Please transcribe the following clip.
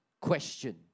question